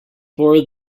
for